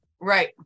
Right